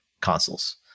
consoles